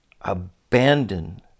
abandon